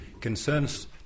concerns